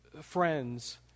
friends